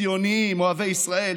ציונים אוהבי ישראל,